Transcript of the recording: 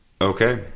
Okay